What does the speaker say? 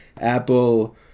Apple